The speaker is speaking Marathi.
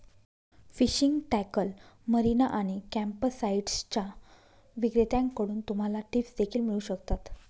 फिशिंग टॅकल, मरीना आणि कॅम्पसाइट्सच्या विक्रेत्यांकडून तुम्हाला टिप्स देखील मिळू शकतात